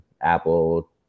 Apple